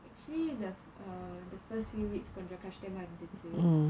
actually the err the first few weeks கொஞ்ச கஷ்டமா இருந்துச்சு:konja kashtamaa irundhuchu